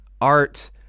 art